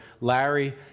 Larry